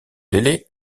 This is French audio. délai